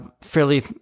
Fairly